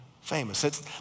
famous